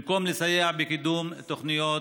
במקום לסייע בקידום תוכניות,